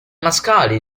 mascali